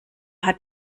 hat